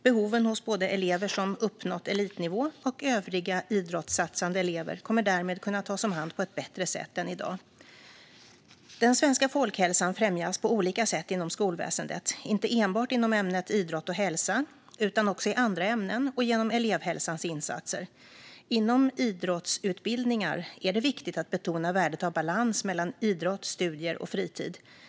Behoven hos både elever som uppnått elitnivå och övriga idrottssatsande elever kommer därmed att kunna tas om hand på ett bättre sätt än i dag. Den svenska folkhälsan främjas på olika sätt inom skolväsendet, inte enbart inom ämnet idrott och hälsa utan också i andra ämnen och genom elevhälsans insatser. Inom idrottsutbildningar är det viktigt att betona värdet av balans mellan idrott, studier och fritid.